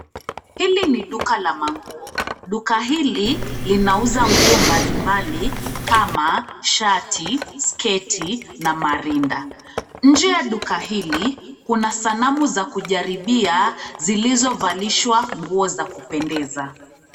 Hili ni duka la manguo duka hili linauza nguo mbali mbali kama shati, sketi na marinda. Nje ya duka hili kuna sanamu za kujaribia zilizo valishwa nguo za kupendeza.